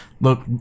look